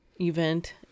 event